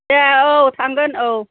दे औ थांगोन औ